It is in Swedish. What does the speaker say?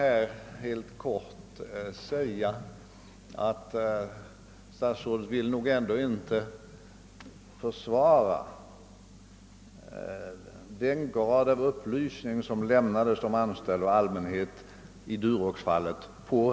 Statsrådet Wickman vill nog ändå inte försvara den grad av upplysning som lämnades de anställda och allmänheten i Duroxfallet.